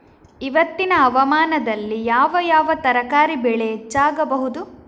ಇವತ್ತಿನ ಹವಾಮಾನದಲ್ಲಿ ಯಾವ ಯಾವ ತರಕಾರಿ ಬೆಳೆ ಹೆಚ್ಚಾಗಬಹುದು?